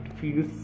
feels